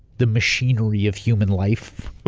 the machinery of human life.